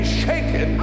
shaken